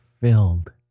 filled